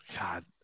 God